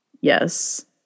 Yes